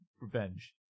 Revenge